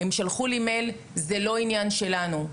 הם שלחו לי מייל, זה לא עניין שלנו.